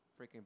freaking